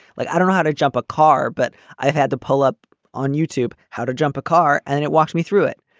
like i don't know how to jump a car, but i've had to pull up on youtube, how to jump a car. and it walked me through it.